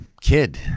kid